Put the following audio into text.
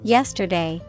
Yesterday